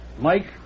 Mike